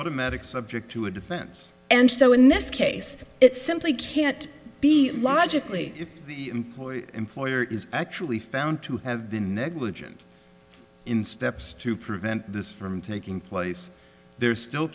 automatic subject to a defense and so in this case it simply can't be logically if the employee employer is actually found to have been negligent in steps to prevent this from taking place there still